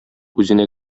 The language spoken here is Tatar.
үзенә